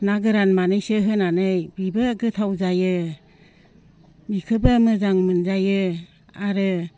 ना गोरान माने एसे होनानै बेबो गोथाव जायो बेखौबो मोजां मोनजायो आरो